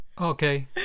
Okay